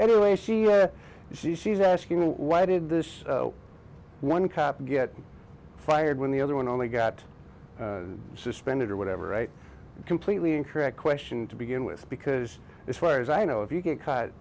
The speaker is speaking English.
anyway she she she's asking why did this one cop get fired when the other one only got suspended or whatever right completely incorrect question to begin with because as far as i know if you get caught